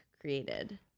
created